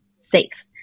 safe